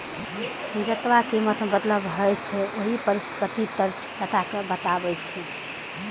जेतबा कीमत मे बदलाव होइ छै, ऊ परिसंपत्तिक तरलता कें बतबै छै